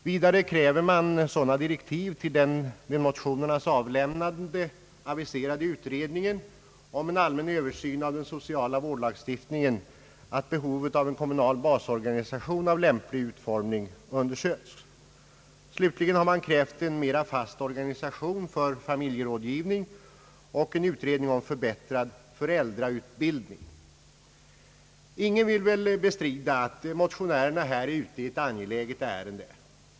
Vidare kräver man sådana direktiv till den vid motionernas avlämnande aviserade utredningen om en allmän översyn av den sociala vårdlagstiftningen att behovet av en kommunal basorganisation av lämplig utformning undersöks. Slutligen har man krävt en mera fast organisation för familjerådgivning och en utredning om förhbättrad föräldrautbildning. Ingen vill väl bestrida att motionärerna är ute i ett angeläget ärende.